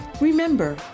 Remember